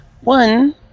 One